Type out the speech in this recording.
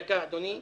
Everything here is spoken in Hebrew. דקה, אדוני.